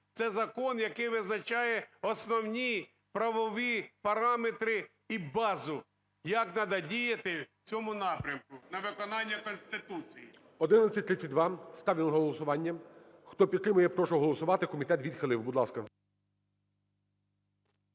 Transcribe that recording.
це закон, який визначає основні правові параметри і базу – як надо діяти в цьому напрямку на виконання Конституції. ГОЛОВУЮЧИЙ. 1132 ставлю на голосування. Хто підтримує, я прошу голосувати. Комітет відхилив. Будь ласка.